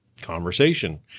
conversation